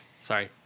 Sorry